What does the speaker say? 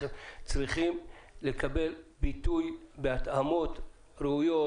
צריכה לקבל ביטוי בהתאמות ראויות,